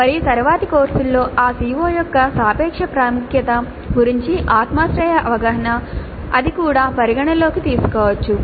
మరియు తరువాతి కోర్సులలో ఆ CO యొక్క సాపేక్ష ప్రాముఖ్యత గురించి ఆత్మాశ్రయ అవగాహన అది కూడా పరిగణనలోకి తీసుకోవచ్చు